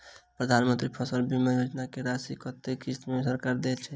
प्रधानमंत्री फसल बीमा योजना की राशि कत्ते किस्त मे सरकार देय छै?